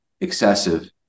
excessive